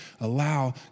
Allow